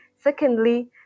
Secondly